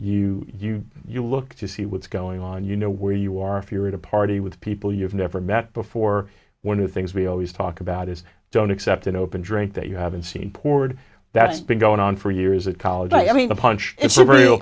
you you you look to see what's going on you know where you are if you're at a party with people you've never met before one of the things we always talk about is don't accept an open drink that you haven't seen poured that's been going on for years at college i mean a punch